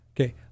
Okay